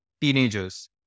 teenagers